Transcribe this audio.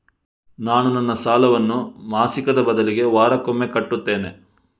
ನಾನು ನನ್ನ ಸಾಲವನ್ನು ಮಾಸಿಕದ ಬದಲಿಗೆ ವಾರಕ್ಕೊಮ್ಮೆ ಕಟ್ಟುತ್ತೇನೆ